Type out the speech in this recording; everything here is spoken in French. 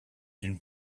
une